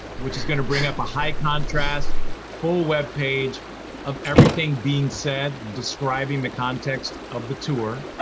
which is going to bring up a high-contrast full webpage of everything being said, describing the context of the tour.